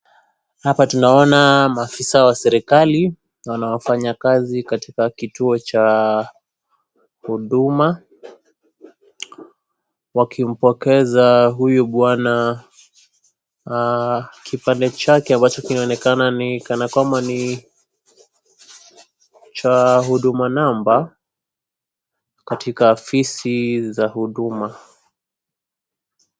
Hapa tunaona maafisa wa serikari, na wafanyakazi katika kituo cha huduma, wakimpokeza huyu bwana kipande chake ambacho kinaonekana ni kana kwamba ni cha Huduma Number, katika afisi za huduma.